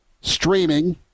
streaming